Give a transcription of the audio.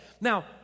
Now